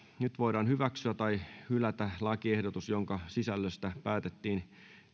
nyt voidaan hyväksyä tai hylätä lakiehdotus jonka sisällöstä päätettiin